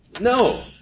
No